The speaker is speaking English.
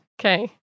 Okay